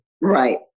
Right